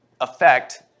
affect